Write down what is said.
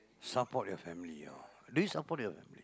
support your family ah do you support your family